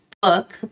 book